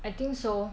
I think so